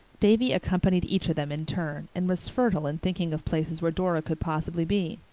davy accompanied each of them in turn, and was fertile in thinking of places where dora could possibly be.